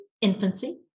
infancy